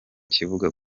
kibuga